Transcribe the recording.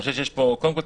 קודם כל,